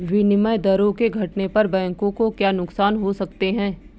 विनिमय दरों के घटने पर बैंकों को क्या नुकसान हो सकते हैं?